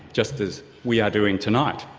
just as we are doing tonight.